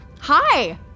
Hi